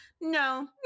No